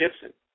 Gibson